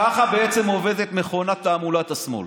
ככה בעצם עובדת מכונת תעמולת השמאל.